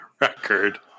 record